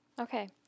Okay